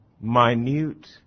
minute